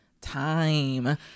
time